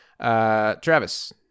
Travis